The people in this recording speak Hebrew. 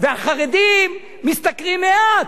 והחרדים משתכרים מעט.